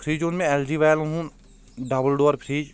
فرج اوٚن مےٚ L G والٮ۪ن ہُنٛد ڈبٕل ڈور فرج